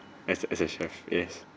as a as a chef yes